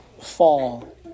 fall